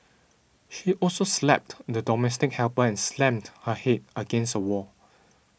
she also slapped the domestic helper and slammed her head against a wall